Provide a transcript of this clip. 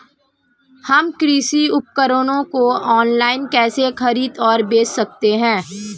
हम कृषि उपकरणों को ऑनलाइन कैसे खरीद और बेच सकते हैं?